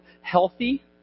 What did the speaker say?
healthy